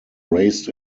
raised